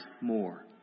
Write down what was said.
more